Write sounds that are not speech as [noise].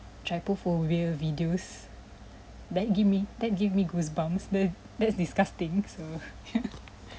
trypophobia videos that give me that give me goosebumps the that's disgusting so [laughs] yeah [breath]